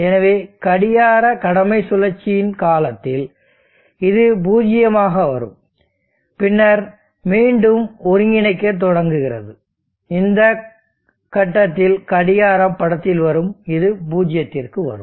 எனவே கடிகார கடமை சுழற்சியின் காலத்தில் இது பூஜ்ஜியமாக வரும் பின்னர் மீண்டும் ஒருங்கிணைக்கத் தொடங்குகிறது இந்த கட்டத்தில் கடிகாரம் படத்தில் வரும் இது பூஜ்ஜியத்திற்கு வரும்